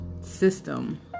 system